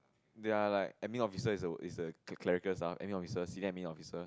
they are like admin officers is the is the clerical staff admin officers senior admin officers